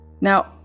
Now